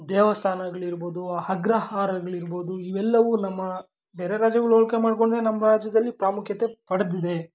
ದೇವಸ್ಥಾನಗಳಿರ್ಬೋದು ಅಗ್ರಹಾರಗಳಿರ್ಬೋದು ಇವೆಲ್ಲವೂ ನಮ್ಮ ಬೇರೆ ರಾಜ್ಯಗಳ್ ಕೋಲ್ಕೆ ಮಾಡಿಕೊಂಡ್ರೆ ನಮ್ಮ ರಾಜ್ಯದಲ್ಲಿ ಪ್ರಾಮುಖ್ಯತೆ ಪಡೆದಿದೆ